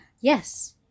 yes